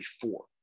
Four